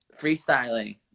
freestyling